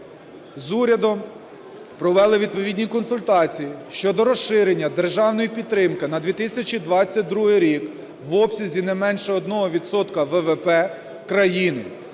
З урядом провели відповідні консультації щодо розширення державної підтримки на 2022 рік в обсязі не менше 1 відсотка ВВП країни.